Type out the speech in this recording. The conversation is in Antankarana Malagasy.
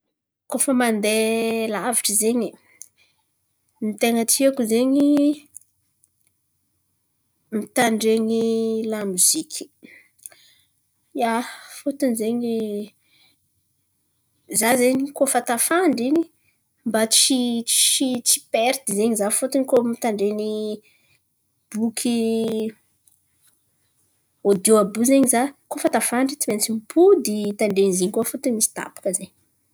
Koa fa mandeha lavitry zen̈y, ny ten̈a tiako zen̈y mitandren̈y lamoziky. Ia, fôtony zen̈y za zen̈y koa fa tafandry in̈y mba tsy tsy tsy perity zen̈y za fôtony koa mitandren̈y boky ôdiô àby io zen̈y za koa fa tafandry tsy maintsy mimpody mitandren̈y izy in̈y koa fôtony misy tapaka zen̈y.